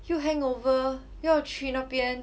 又 hangover 又要去那边